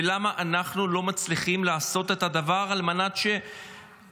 ולמה אנחנו לא מצליחים לעשות את הדבר על מנת שנפסיק,